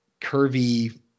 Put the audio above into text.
curvy